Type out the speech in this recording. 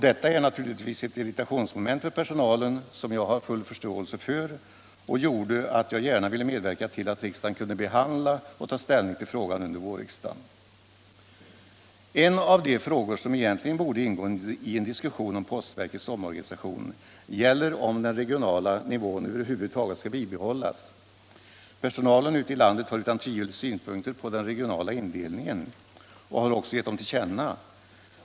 Detta är naturligtvis ett irritationsmoment för personalen som jag har full förståelse för, och det har gjort att jag gärna velat medverka till att riksdagen kan behandla och ta ställning till frågan under våren. En av de frågor som egentligen borde ingå i en diskussion om postverkets organisation gäller om den regionala nivån över huvud taget skall bibehållas. Personalen ute i landet har utan tvivel synpunkter på den regionala indelningen och har också gett dem till känna.